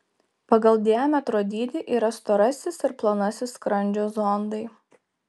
pagal diametro dydį yra storasis ir plonasis skrandžio zondai